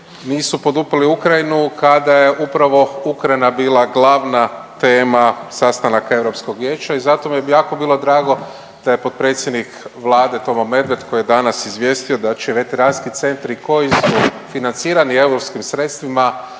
nisu poduprli Ukrajinu kada je upravo Ukrajina bila glavna tema sastanaka Europskog vijeća i zato mi je jako bilo drago da je potpredsjednik Vlade Tomo Medved koji je danas izvijestio da će veteranski centri koji su financirani europskim sredstvima